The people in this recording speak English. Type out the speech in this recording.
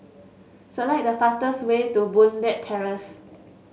select the fastest way to Boon Leat Terrace